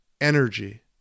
energy